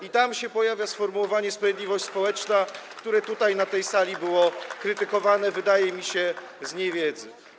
I tam się pojawia sformułowanie: sprawiedliwość społeczna, które tutaj, na tej sali, było krytykowane, wydaje mi się, że z niewiedzy.